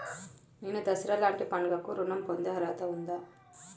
నేను దసరా లాంటి పండుగ కు ఋణం పొందే అర్హత ఉందా?